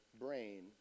brain